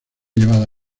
llevada